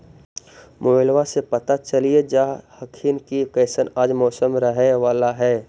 मोबाईलबा से पता चलिये जा हखिन की कैसन आज मौसम रहे बाला है?